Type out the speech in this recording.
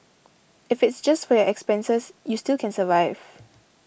if it's just for your expenses you still can survive